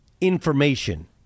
information